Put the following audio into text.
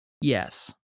Yes